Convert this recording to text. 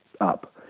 up